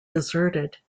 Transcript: deserted